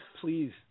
Please